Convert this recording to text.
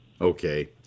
okay